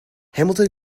hamilton